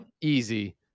easy